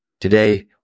Today